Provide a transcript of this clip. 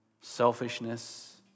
selfishness